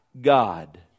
God